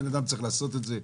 בן אדם צריך לעשות את זה.